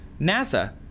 NASA